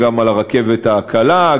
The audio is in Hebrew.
גם על הרכבת הקלה,